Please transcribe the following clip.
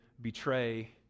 betray